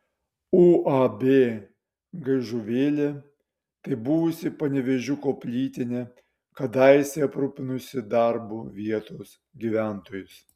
uab gaižuvėlė tai buvusi panevėžiuko plytinė kadaise aprūpinusi darbu vietos gyventojus